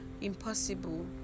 impossible